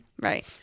Right